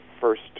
first